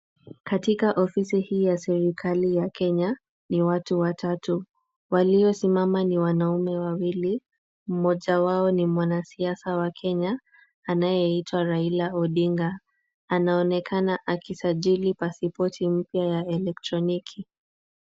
Katika ofisi hii ya serikali ya Kenya, ni watu watatu waliosimama ni wanaume wawili, mmoja wao ni mwanasiasa wa Kenya, anayeitwa Raila Odinga. Anaonekana akisajili pasipoti mpya ya elektroniki.